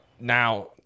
now